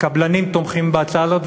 הקבלנים תומכים בהצעה הזאת,